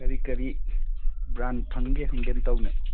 ꯀꯔꯤ ꯀꯔꯤ ꯕ꯭ꯔꯥꯟ ꯐꯪꯕꯒꯦ ꯍꯪꯒꯦꯅ ꯇꯧꯕꯅꯦ